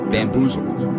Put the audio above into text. Bamboozled